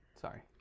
Sorry